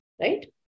right